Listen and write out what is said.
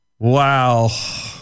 Wow